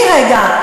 אני אגיד לך למה.